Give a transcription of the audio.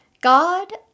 God